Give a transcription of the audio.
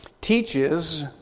teaches